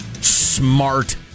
smart